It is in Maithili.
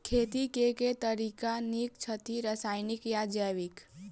खेती केँ के तरीका नीक छथि, रासायनिक या जैविक?